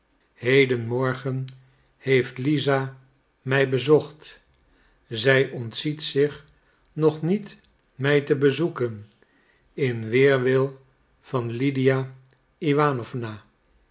heden morgen heeft lisa mij bezocht zij ontziet zich nog niet mij te bezoeken in weerwil van lydia iwanowna